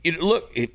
look